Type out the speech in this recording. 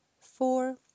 four